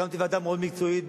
הקמתי ועדה מאוד מקצועית,